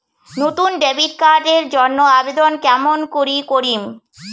নতুন debit card এর জন্যে আবেদন কেমন করি করিম?